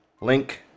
Link